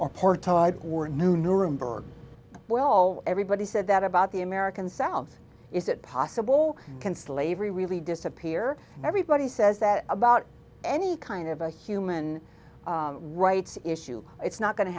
or or new nuremberg were all everybody said that about the american south is it possible can slavery really disappear and everybody says that about any kind of a human rights issue it's not going to